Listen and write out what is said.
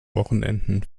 wochenenden